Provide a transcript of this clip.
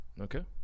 okay